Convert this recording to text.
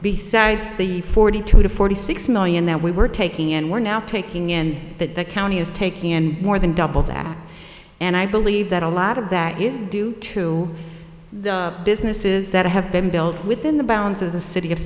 besides the forty two to forty six million that we were taking and we're now taking in that the county is taking in more than double that and i believe that a lot of that is due to the businesses that have been built within the bounds of the city of